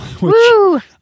Woo